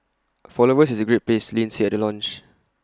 for lovers it's A great place Lin said at the launch